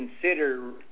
consider